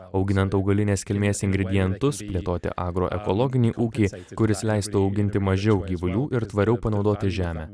auginant augalinės kilmės ingridientus plėtoti agro ekologinį ūkį kuris leistų auginti mažiau gyvulių ir tvariau panaudoti žemę